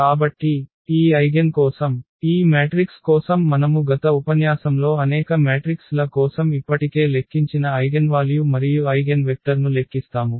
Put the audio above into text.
కాబట్టి ఈ ఐగెన్ కోసం ఈ మ్యాట్రిక్స్ కోసం మనము గత ఉపన్యాసంలో అనేక మ్యాట్రిక్స్ ల కోసం ఇప్పటికే లెక్కించిన ఐగెన్వాల్యూ మరియు ఐగెన్వెక్టర్ను లెక్కిస్తాము